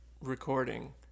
recording